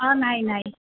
অ' নাই নাই